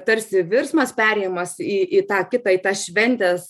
tarsi virsmas perėjimas į į tą kitą į tą šventės